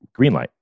Greenlight